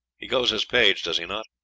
he goes as page, does he not?